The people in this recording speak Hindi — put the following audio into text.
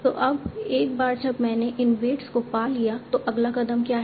तो अब एक बार जब मैंने इन वेट्स को पा लिया तो अगला कदम क्या है